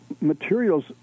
materials